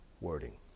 wording